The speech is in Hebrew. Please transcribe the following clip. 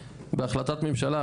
שבהחלטת ממשלה,